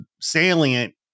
salient